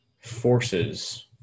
forces